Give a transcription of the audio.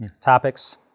topics